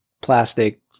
plastic